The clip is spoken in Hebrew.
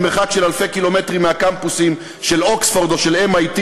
ממרחק של אלפי קילומטרים מהקמפוסים של אוקספורד או של MIT,